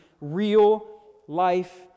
real-life